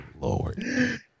lord